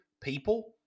people